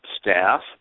staff